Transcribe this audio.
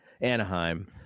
Anaheim